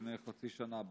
לפני חצי שנה,